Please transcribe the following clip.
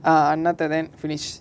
another then finish